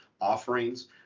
offerings